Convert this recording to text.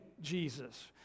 Jesus